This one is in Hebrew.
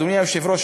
אדוני היושב-ראש,